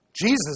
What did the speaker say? Jesus